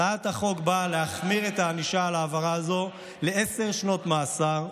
הצעת החוק באה להחמיר את הענישה על עבירה זו לעשר שנות מאסר,